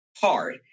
hard